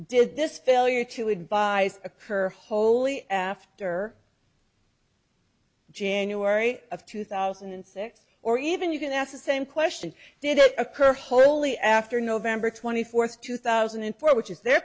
did this failure to advise occur wholly after january of two thousand and six or even you can ask the same question did it occur wholly after november twenty fourth two thousand and four which is their